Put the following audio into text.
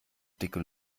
dicke